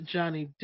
Johnny